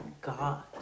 God